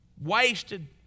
wasted